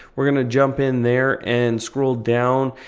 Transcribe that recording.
we're going to jump in there and scroll down,